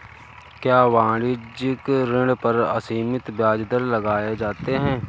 क्या वाणिज्यिक ऋण पर असीमित ब्याज दर लगाए जाते हैं?